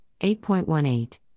8.18